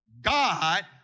God